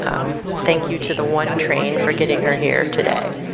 thank you to the one train for getting her here today.